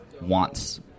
wants